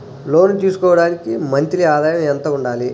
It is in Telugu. లోను తీసుకోవడానికి మంత్లీ ఆదాయము ఎంత ఉండాలి?